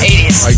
80s